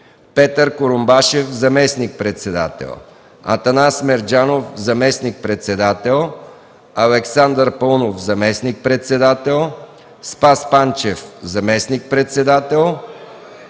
5.Петър Курумбашев – заместник-председател; 6.Атанас Мерджанов – заместник-председател; 7.Александър Паунов – заместник-председател; 8.Спас Панчев – заместник-председател;